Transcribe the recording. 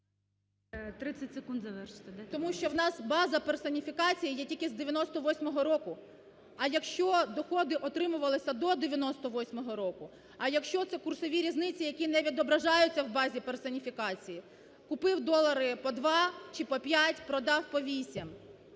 Тому що в нас база персоніфікації є тільки з 1998 року. А якщо доходи отримувалися до 1998 року? А якщо це курсові різниці, які не відображаються в базі персоніфікації: купив долари по 2, чи по 5, продав по 8